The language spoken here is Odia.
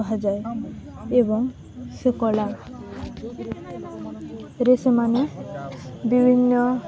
କୁହାଯାଏ ଏବଂ ସେ କଳାରେ ସେମାନେ ବିଭିନ୍ନ